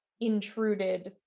intruded